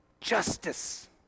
justice